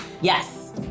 Yes